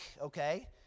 okay